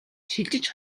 шилжиж